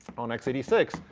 on x eight six.